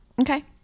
Okay